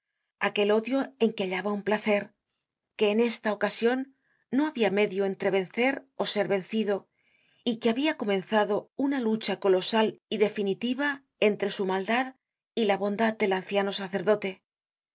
tantos años aquel odio en que hallaba un placer que en esta ocasion no habia medio entre vencer ó ser vencido y que habia comenzado una lucha colosal y definitiva entre su maldad y la bondad del anciano sacerdote